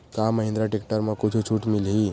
का महिंद्रा टेक्टर म कुछु छुट मिलही?